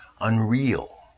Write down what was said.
unreal